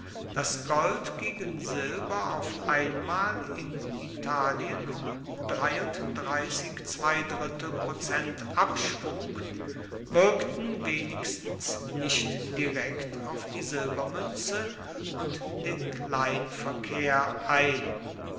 das gold gegen silber auf einmal in italien um prozent abschlug wirkten wenigstens nicht direkt auf die silbermünze und den kleinverkehr ein